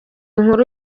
nkuru